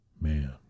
Man